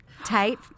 Tape